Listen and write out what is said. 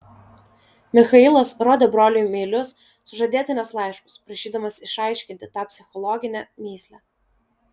michailas rodė broliui meilius sužadėtinės laiškus prašydamas išaiškinti tą psichologinę mįslę